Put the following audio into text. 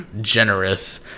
generous